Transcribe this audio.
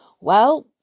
Well